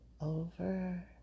over